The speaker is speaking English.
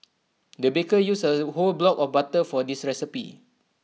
the baker used A whole block of butter for this recipe